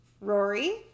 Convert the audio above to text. Rory